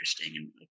interesting